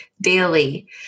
daily